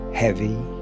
heavy